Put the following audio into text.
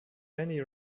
randy